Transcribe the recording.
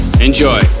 enjoy